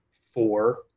four